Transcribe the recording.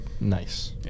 Nice